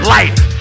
Light